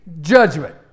judgment